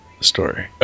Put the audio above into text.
story